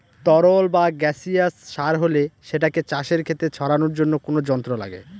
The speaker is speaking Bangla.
তরল বা গাসিয়াস সার হলে সেটাকে চাষের খেতে ছড়ানোর জন্য কোনো যন্ত্র লাগে